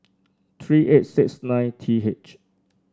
three eight six nine T H